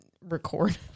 record